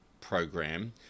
program